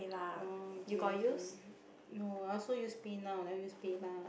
oh okay okay no I also use PayNow never use PayLah